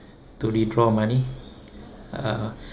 to withdraw money uh